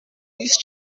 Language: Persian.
نیست